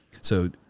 So-